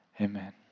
Amen